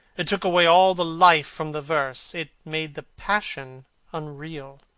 it took away all the life from the verse. it made the passion unreal.